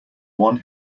one